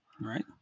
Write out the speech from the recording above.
right